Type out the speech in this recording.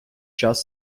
час